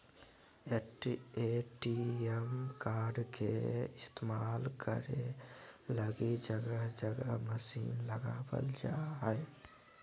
ATM card के इस्तेमाल करे लगी जगह जगह मशीन लगाबल जा हइ